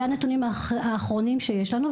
וזה הנתונים האחרונים שיש לנו,